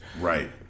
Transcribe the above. Right